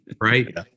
right